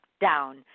down